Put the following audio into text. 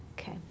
Okay